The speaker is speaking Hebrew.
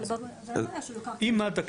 אם מד"א,